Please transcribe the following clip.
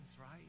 right